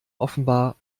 offenbar